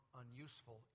unuseful